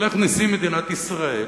הולך נשיא מדינת ישראל